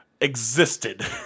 existed